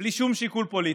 בלי שום שיקול פוליטי.